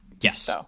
Yes